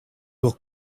will